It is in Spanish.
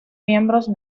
miembros